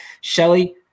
Shelly